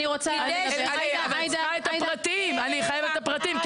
אני צריכה את הפרטים, אני חייבת את הפרטים.